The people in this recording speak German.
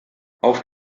auf